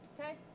Okay